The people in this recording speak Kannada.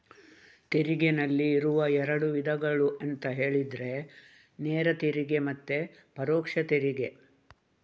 ತೆರಿಗೆನಲ್ಲಿ ಇರುವ ಎರಡು ವಿಧಗಳು ಅಂತ ಹೇಳಿದ್ರೆ ನೇರ ತೆರಿಗೆ ಮತ್ತೆ ಪರೋಕ್ಷ ತೆರಿಗೆ